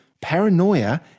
paranoia